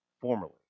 formerly